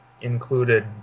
included